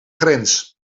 grens